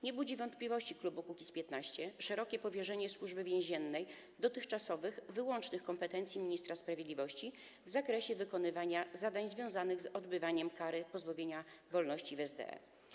Nie budzi wątpliwości klubu Kukiz’15 szerokie powierzenie Służbie Więziennej dotychczasowych wyłącznych kompetencji ministra sprawiedliwości w zakresie wykonywania zadań związanych z odbywaniem kary pozbawienia wolności w SDE.